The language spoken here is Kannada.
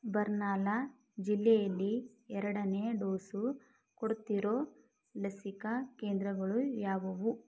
ಬರ್ನಾಲಾ ಜಿಲ್ಲೆಯಲ್ಲಿ ಎರಡನೆ ಡೋಸು ಕೊಡ್ತಿರೊ ಲಸಿಕಾ ಕೇಂದ್ರಗಳು ಯಾವುವು